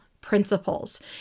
principles